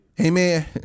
Amen